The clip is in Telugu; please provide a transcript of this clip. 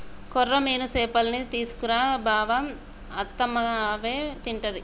కొర్రమీను చేపల్నే తీసుకు రా బావ అత్తమ్మ అవే తింటది